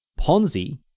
Ponzi